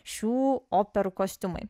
šių operų kostiumai